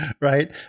right